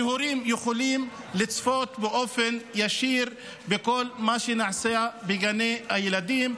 שהורים יכולים לצפות באופן ישיר בכל מה שנעשה בגני הילדים,